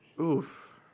oof